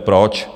Proč?